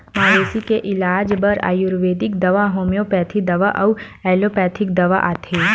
मवेशी के इलाज बर आयुरबेदिक दवा, होम्योपैथिक दवा अउ एलोपैथिक दवा आथे